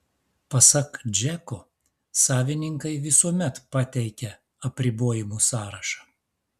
pasak džeko savininkai visuomet pateikia apribojimų sąrašą